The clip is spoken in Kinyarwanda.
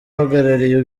uhagarariye